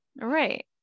right